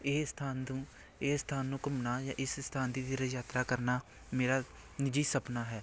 ਇਹ ਸਥਾਨ ਨੂੰ ਇਹ ਸਥਾਨ ਨੂੰ ਘੁੰਮਣਾ ਜਾਂ ਇਸ ਸਥਾਨ ਦੀ ਤੀਰਥ ਯਾਤਰਾ ਕਰਨਾ ਮੇਰਾ ਨਿਜੀ ਸਪਨਾ ਹੈ